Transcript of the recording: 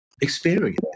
experience